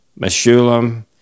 Meshulam